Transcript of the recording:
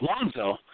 Lonzo